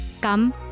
Come